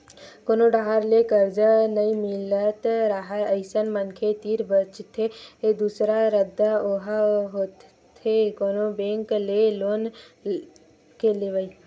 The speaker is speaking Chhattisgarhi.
कोनो डाहर ले करजा नइ मिलत राहय अइसन मनखे तीर बचथे दूसरा रद्दा ओहा होथे कोनो बेंक ले लोन के लेवई